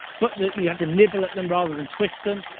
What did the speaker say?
but you have to nibble at them rather than twist them.